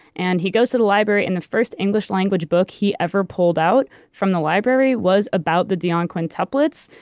and he goes to the library and the first english language book he ever pulled out from the library was about the dionne quintuplets.